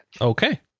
Okay